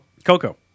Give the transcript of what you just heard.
Coco